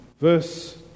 Verse